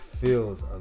feels